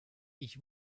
ich